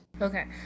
Okay